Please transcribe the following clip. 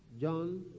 John